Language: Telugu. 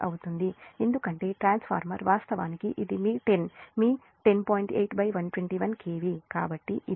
8 అవుతుంది ఎందుకంటే ట్రాన్స్ఫార్మర్ వాస్తవానికి ఇది మీ 10 మీ 10